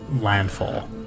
landfall